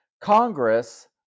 Congress